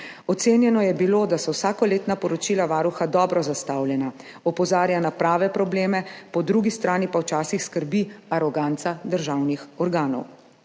Ocenjeno je bilo, da so vsakoletna poročila Varuha dobro zastavljena – opozarja na prave probleme, po drugi strani pa včasih skrbi aroganca državnih organov.